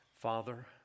Father